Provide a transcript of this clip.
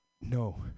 no